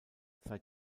seit